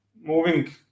moving